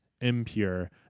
impure